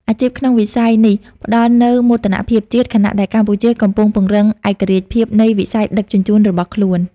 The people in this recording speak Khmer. អាជីពក្នុងវិស័យនេះផ្តល់នូវមោទនភាពជាតិ ខណៈដែលកម្ពុជាកំពុងពង្រឹងឯករាជ្យភាពនៃវិស័យដឹកជញ្ជូនរបស់ខ្លួន។